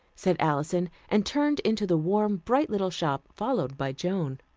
said alison, and turned into the warm bright little shop, followed by joan.